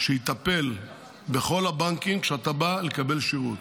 שיטפל בכל הבנקים כשאתה בא לקבל שירות.